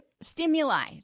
Stimuli